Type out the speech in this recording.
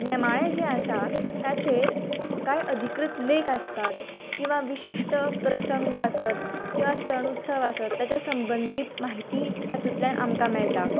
नेमाळे जे आसा ताचेर काय अधिकृत लेख आसतात किंवां विशिश्ठ प्रसंग आसत किंवां सण उत्सव आसत ताचे संबधीत म्हायती तातूंतल्यान आमकां मेळटा